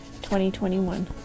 2021